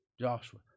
Joshua